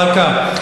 חבר הכנסת זחאלקה,